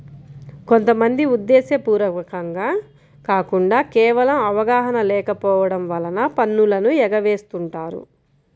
కొంత మంది ఉద్దేశ్యపూర్వకంగా కాకుండా కేవలం అవగాహన లేకపోవడం వలన పన్నులను ఎగవేస్తుంటారు